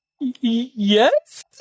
Yes